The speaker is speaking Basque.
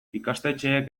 ikastetxeek